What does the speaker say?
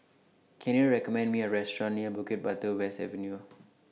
Can YOU recommend Me A Restaurant near Bukit Batok West Avenue